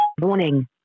Morning